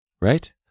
Right